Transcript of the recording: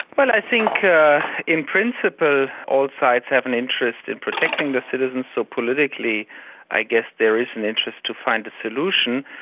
well, i think in principle all sides have an interest in protecting their citizens, so politically i guess there is an interest find a solution.